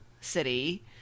city